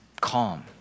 calm